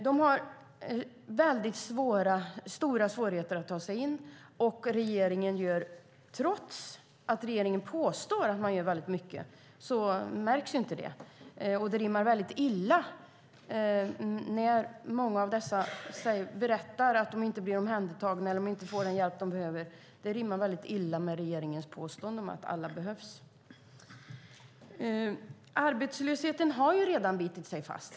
De har stora svårigheter att ta sig in, och trots att regeringen påstår sig göra mycket märks det inte. Många av dem berättar att de inte blir omhändertagna och inte får den hjälp de behöver, vilket rimmar illa med regeringens påstående att alla behövs. Arbetslösheten har redan bitit sig fast.